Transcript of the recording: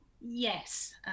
Yes